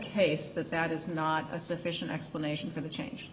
case that that is not a sufficient explanation for the change